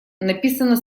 написано